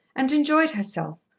and enjoyed herself,